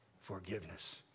Forgiveness